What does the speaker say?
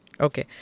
Okay